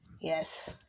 Yes